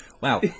wow